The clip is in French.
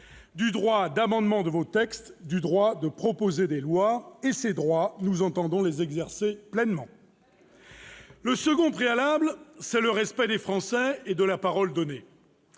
du droit d'amendement des textes, du droit de proposer des lois. Ces droits, nous entendons les exercer pleinement. Très bien ! Le second préalable, c'est le respect des Français et de la parole donnée.